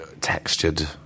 textured